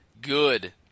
good